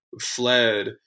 fled